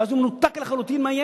ואז הוא מנותק לחלוטין מהילד.